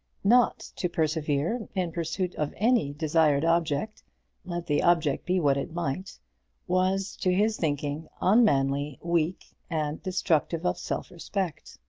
not to persevere in pursuit of any desired object let the object be what it might was, to his thinking, unmanly, weak, and destructive of self-respect.